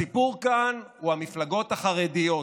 הסיפור כאן הוא המפלגות החרדיות.